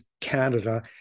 Canada